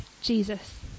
Jesus